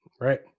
Right